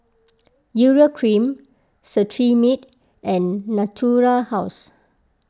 Urea Cream Cetrimide and Natura House